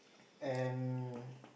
and